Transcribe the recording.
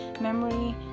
memory